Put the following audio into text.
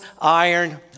iron